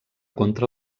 contra